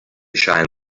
shine